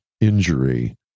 injury